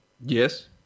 yes